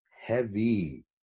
heavy